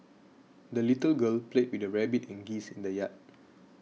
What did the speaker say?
the little girl played with her rabbit and geese in the yard